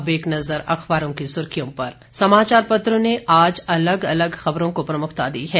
अब एक नज़र अखबारों की सुर्खियों पर समाचार पत्रों ने आज अलग अलग खबरों को प्रमुखता दी है